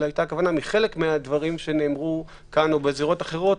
מחלק מהדברים שנאמרו כאן או בזירות אחרות.